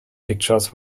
pictures